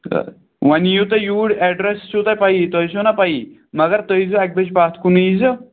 تہٕ وۅنۍ یِیِو تُہۍ یوٗر ایٚڈرَس چھُ تۄہہِ پَیی تۄہہِ چھُ نا پَیی مَگر تُہۍ ییٖزیٚو اَکہِ بَجہِ پَتہٕ ییٖزیٚو